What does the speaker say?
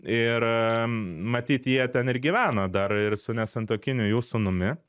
ir matyt jie ten ir gyvena dar ir su nesantuokiniu jų sūnumi